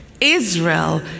Israel